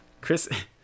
Chris